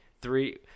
three